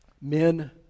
men